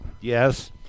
Yes